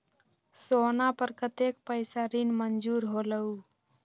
सोना पर कतेक पैसा ऋण मंजूर होलहु?